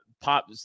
pop